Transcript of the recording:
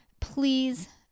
Please